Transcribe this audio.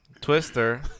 Twister